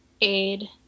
aid